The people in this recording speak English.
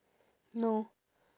no